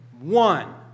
One